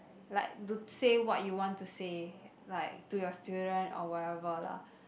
like to say what you want to say like to your student or whatever lah